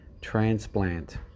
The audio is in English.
transplant